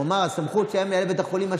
הוא אמר: הסמכות של מנהל בית החולים,